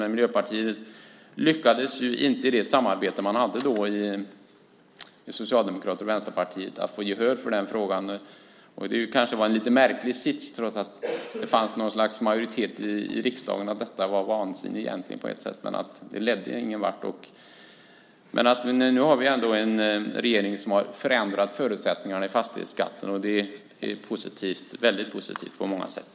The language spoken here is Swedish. Men Miljöpartiet lyckades inte i det samarbete man hade då med Socialdemokraterna och Vänsterpartiet att få gehör för den frågan. Det kanske var en lite märklig sits. Trots att det fanns ett slags majoritet i riksdagen för att detta egentligen på ett sätt var vansinne så ledde det ingenvart. Nu har vi ändå en regering som har förändrat förutsättningarna för fastighetsskatten, och det är väldigt positivt på många sätt.